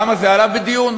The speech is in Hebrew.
למה זה עלה בדיון.